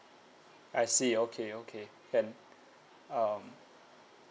I see okay okay can um